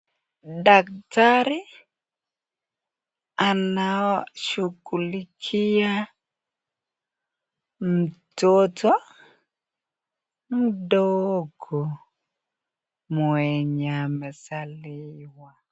Daktari anashughulikia mtoto mdogo mwenye amezaliwa.